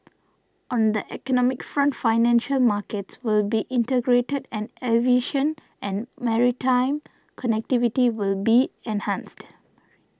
on the economic front financial markets will be integrated and aviation and maritime connectivity will be enhanced